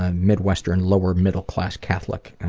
ah midwestern, lower middle class catholic,